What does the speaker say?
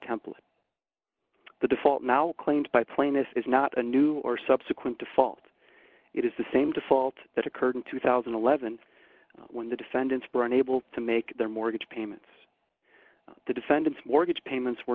template the default now claimed by plane this is not a new or subsequent default it is the same default that occurred in two thousand and eleven when the defendants brown able to make their mortgage payments the defendants mortgage payments were